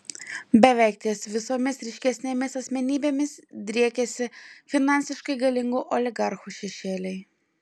beveik ties visomis ryškesnėmis asmenybėmis driekiasi finansiškai galingų oligarchų šešėliai